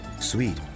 Sweet